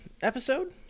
episode